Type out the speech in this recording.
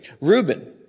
Reuben